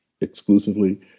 Exclusively